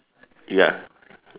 ya